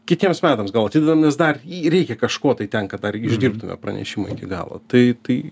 kitiems metams gal atidedam nes dar reikia kažko tai ten kad dar išdirbtume pranešimą iki galo tai tai